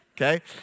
okay